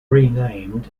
renamed